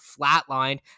flatlined